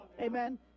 Amen